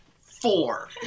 four